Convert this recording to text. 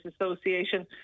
Association